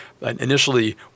initially